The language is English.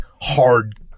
hard